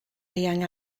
eang